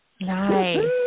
Nice